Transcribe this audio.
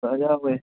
ꯑ ꯌꯥꯎꯋꯦ